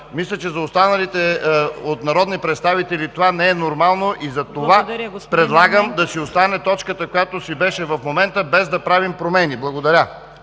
мисля, че за останалите народни представители това не е нормално. Затова предлагам да остане точката, която си беше в момента, без да правим промени. Благодаря.